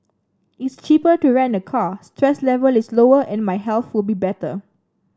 it's cheaper to rent a car stress level is lower and my health will be better